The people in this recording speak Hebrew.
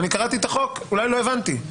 קראתי את החוק, אולי לא הבנתי.